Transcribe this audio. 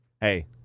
hey